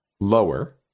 lower